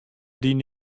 dyn